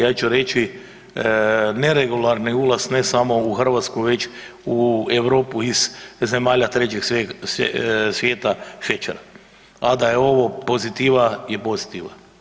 Ja ću reći neregularni ulaz ne samo u Hrvatsku već u Europu iz zemalja trećeg svijeta šećera, a da je ovo pozitiva je pozitiva.